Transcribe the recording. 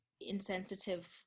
insensitive